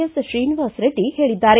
S ತ್ರೀನಿವಾಸರೆಡ್ಡಿ ಹೇಳಿದ್ದಾರೆ